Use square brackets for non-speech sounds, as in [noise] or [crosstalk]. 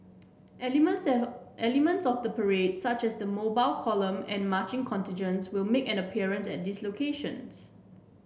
elements [unintelligible] elements of the parade such as the Mobile Column and marching contingents will make an appearance at these locations